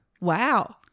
Wow